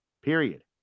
Period